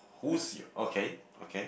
who's your okay okay